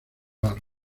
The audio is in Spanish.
las